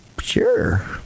sure